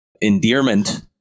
endearment